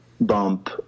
bump